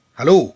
Hello